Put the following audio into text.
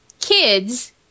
kids